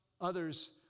others